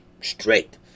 straight